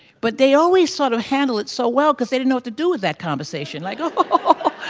but they always sort of handle it so well because they didn't have to do with that conversation. like